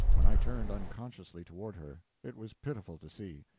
when i turned unconsciously toward her. it was pitiful to see.